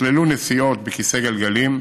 שכללו נסיעות בכיסא גלגלים,